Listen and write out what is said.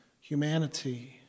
humanity